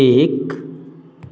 एक